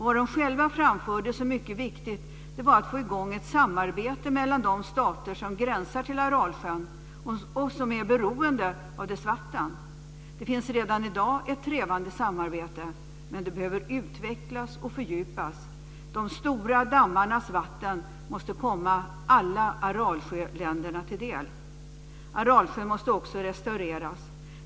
Vad de själva framförde som mycket viktigt var att få i gång ett samarbete mellan de stater som gränsar till Aralsjön och som är beroende av dess vatten. Det finns redan i dag ett trevande samarbete, men det behöver utvecklas och fördjupas. De stora dammarnas vatten måste komma alla Aralsjöländerna till del. Aralsjön måste också restaureras.